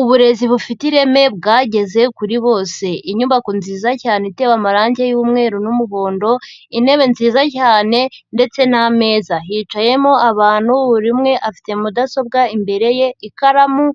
Uburezi bufite ireme bwageze kuri bose. Inyubako nziza cyane itewe amarangi y'umweru n'umuhondo, intebe nziza cyane ndetse n'ameza. Hicayemo abantu buri umwe afite mudasobwa imbere ye, ikaramu,